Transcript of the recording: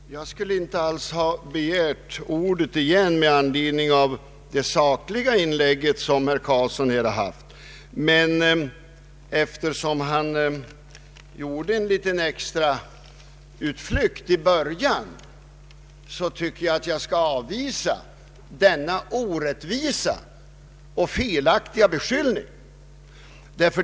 Herr talman! Jag skulle inte alls ha begärt ordet igen med anledning av det sakliga inlägg som herr Carlsson här höll. Men eftersom han gjorde en liten extra utflykt i början vill jag avvisa denna orättvisa och felaktiga beskyllning som han där kom med.